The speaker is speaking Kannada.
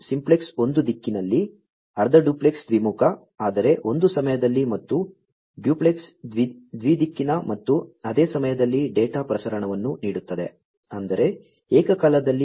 ಸಿಂಪ್ಲೆಕ್ಸ್ ಒಂದು ದಿಕ್ಕಿನಲ್ಲಿ ಅರ್ಧ ಡ್ಯುಪ್ಲೆಕ್ಸ್ ದ್ವಿಮುಖ ಆದರೆ ಒಂದು ಸಮಯದಲ್ಲಿ ಮತ್ತು ಡ್ಯುಪ್ಲೆಕ್ಸ್ ದ್ವಿ ದಿಕ್ಕಿನ ಮತ್ತು ಅದೇ ಸಮಯದಲ್ಲಿ ಡೇಟಾ ಪ್ರಸರಣವನ್ನು ನೀಡುತ್ತದೆ ಅಂದರೆ ಏಕಕಾಲದಲ್ಲಿ